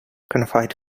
confide